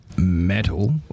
metal